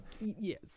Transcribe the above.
Yes